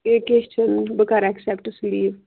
ہَے کیٚنٛہہ چھُنہٕ بہٕ کرٕ ایٚکسَپٹ سُہ لیٖو